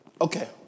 Okay